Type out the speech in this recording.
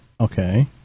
Okay